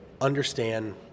understand